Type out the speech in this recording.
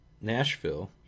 Nashville